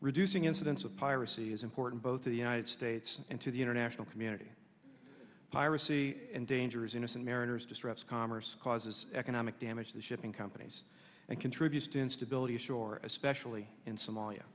reducing incidents of piracy is important both to the united states and to the international community piracy endangers innocent mariners disrupts commerce causes economic damage to shipping companies and contributes to instability ashore especially in somalia